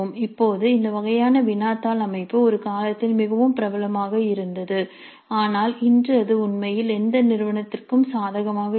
இப்போது இந்த வகையான வினாத்தாள் அமைப்பு ஒரு காலத்தில் மிகவும் பிரபலமாக இருந்தது ஆனால் இன்று அது உண்மையில் எந்த நிறுவனத்திற்கும் சாதகமாக இல்லை